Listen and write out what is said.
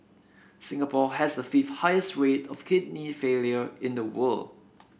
Singapore has the fifth highest rate of kidney failure in the world